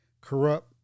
corrupt